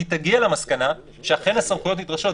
היא תגיע למסקנה שאכן הסמכויות נדרשות.